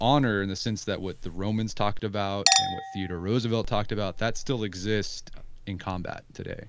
honor in the sense that what the roman's talked about and what theodore roosevelt talked about, that still exist in combat today.